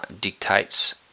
dictates